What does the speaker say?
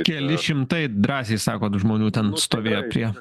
keli šimtai drąsiai sakot žmonių ten stovėjo prie